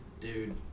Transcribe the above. Dude